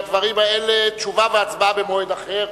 על הדברים האלה תשובה והצבעה במועד אחר,